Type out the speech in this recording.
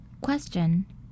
Question